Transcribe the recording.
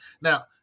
Now